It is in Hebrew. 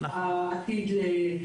העתיד להגיע.